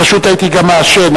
פשוט הייתי גם מעשן,